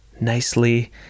nicely